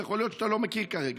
יכול להיות שאתה לא מכיר כרגע,